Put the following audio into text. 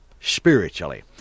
spiritually